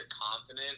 confident